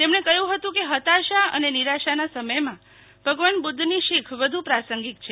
તેમણે કહ્યું હતું કે હતાશા અને નિરાશાના સમથમાં ભગવાન બુદ્ધની શીખ વધુ પ્રાસંગિક છે